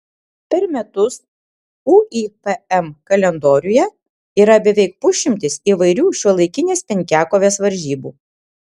per metus uipm kalendoriuje yra beveik pusšimtis įvairių šiuolaikinės penkiakovės varžybų